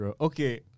okay